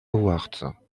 awards